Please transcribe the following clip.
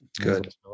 Good